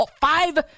five